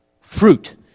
fruit